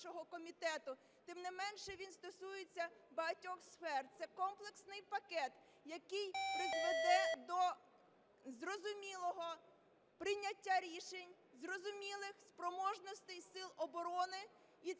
тим не менше, він стосується багатьох сфер. Це комплексний пакет, який призведе до зрозумілого прийняття рішень, зрозумілих спроможностей сил оборони. І це